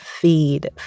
feed